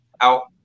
out